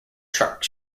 truck